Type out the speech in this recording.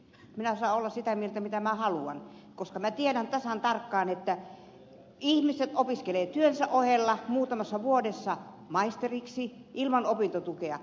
minä saan olla sitä mieltä mitä minä haluan koska minä tiedän tasan tarkkaan että ihmiset opiskelevat työnsä ohella muutamassa vuodessa maisteriksi ilman opintotukea